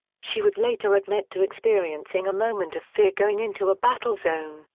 she would later admit to experiencing a moment of fear going into a battle zone,